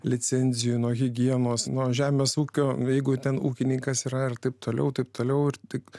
licenzijų nuo higienos nuo žemės ūkio ten ūkininkas yra ir taip toliau taip toliau tik